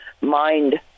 mind